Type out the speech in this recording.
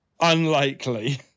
unlikely